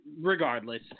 regardless